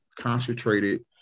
concentrated